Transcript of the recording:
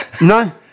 no